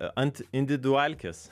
ant individualkės